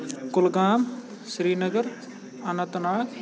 Kulgam Srinagar Anant Nag